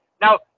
Now